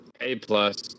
A-plus